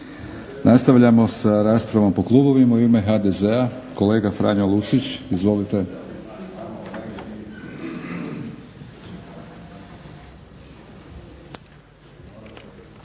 Nastavljamo sa raspravom po klubovima. U ime HDZ-a kolega Franjo Lucić. Izvolite.